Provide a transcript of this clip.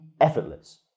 effortless